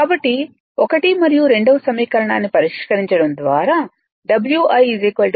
కాబట్టి 1 మరియు 2వ సమీకరణాన్ని పరిష్కరించడం ద్వారా Wi 267